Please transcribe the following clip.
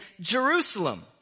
Jerusalem